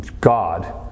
God